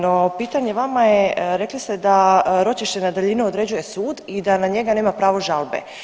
No pitanje vama je, rekli ste da ročište na daljinu određuje sud i na njega nema pravo žalbe.